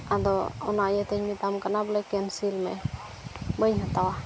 ᱟᱫᱚ ᱚᱱᱟ ᱤᱭᱟᱹᱛᱤᱧ ᱢᱮᱛᱟᱢ ᱠᱟᱱᱟ ᱵᱚᱞᱮ ᱠᱮᱱᱥᱮᱹᱞ ᱢᱮ ᱵᱟᱹᱧ ᱦᱟᱛᱟᱣᱟ